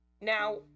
Now